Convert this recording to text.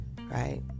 Right